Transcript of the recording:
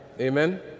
Amen